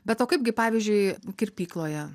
bet o kaipgi pavyzdžiui kirpykloje